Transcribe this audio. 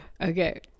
Okay